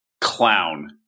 Clown